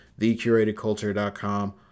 thecuratedculture.com